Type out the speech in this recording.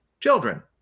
children